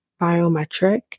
biometric